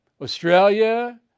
Australia